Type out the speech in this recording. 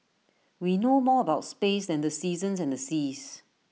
we know more about space than the seasons and the seas